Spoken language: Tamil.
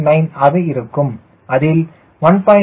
9 ஆக இருக்கும் அதில் 1